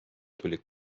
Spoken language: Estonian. tuli